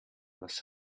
was